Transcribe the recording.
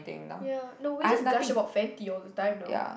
ya no we just gush about Fenty all the time no